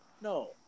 No